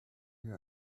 here